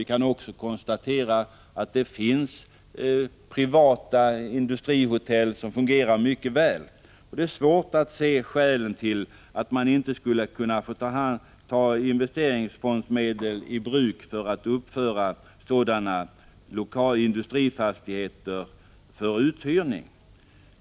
Vi kan också konstatera att det finns privata ”industrihotell” som fungerar mycket väl. Det är därför svårt att förstå skälen till att utskottsmajoriteten avstyrker kravet på att investeringsfondsmedel skall få tas i anspråk för att uppföra industrifastigheter för uthyrning.